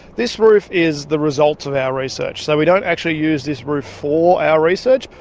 this roof is the results of our research. so we don't actually use this roof for our research.